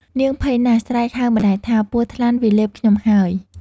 នាងភ័យណាស់ ស្រែកហៅម្ដាយថា “ពស់ថ្លាន់វាលេបខ្ញុំហើយ” ។